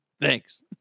thanks